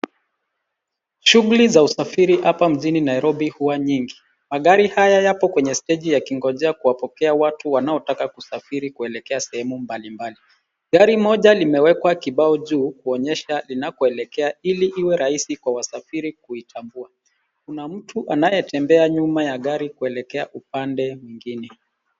Shughuli za usafiri hapa mjini Nairobi huwa nyingi. Magari haya yapo kwenye steji yakingonjea kuwapokea watu wanaotaka kusafiri kuelekea sehemu mbalimbali. Gari moja limewekwa kibao juu kuonyesha linakoelekea ili iwe rahisi kwa wasifiri kuitambua. Kuna mtu anayetembea nyuma ya gari kuelekea upande mwingine.